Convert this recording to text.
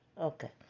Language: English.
okay